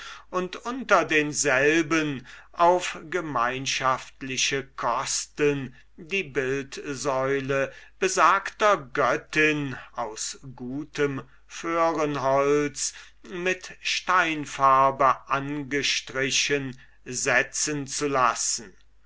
und unter denselben auf gemeinschaftliche kosten die bildsäule besagter göttin aus gutem föhrenholz mit steinfarbe angestrichen setzen zu lassen